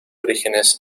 orígenes